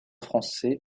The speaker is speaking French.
français